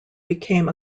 became